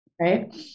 right